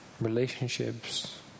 relationships